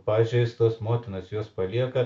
pažeistos motinos juos palieka